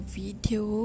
video